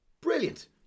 brilliant